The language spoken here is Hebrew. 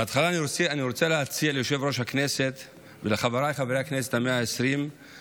בהתחלה אני רוצה להציע ליושב-ראש הכנסת ולחבריי 120 חברי הכנסת לבקר